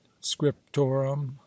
scriptorum